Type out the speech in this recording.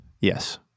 Yes